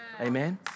Amen